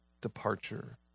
departure